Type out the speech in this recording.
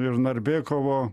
ir narbekovo